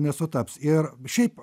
nesutaps ir šiaip